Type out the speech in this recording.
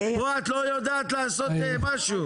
פה את לא יודעת לעשות משהו.